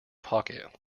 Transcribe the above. pocket